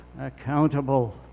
accountable